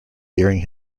during